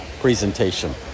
presentation